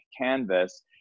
canvas